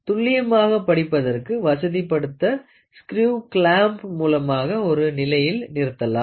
துல்லியமாக படிப்பதற்கு வசதி படுத்த ஸ்கிரேவ் கிளாம்ப் மூலமாக ஒரு நிலையில் நிறுத்தலாம்